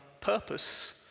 purpose